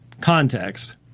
context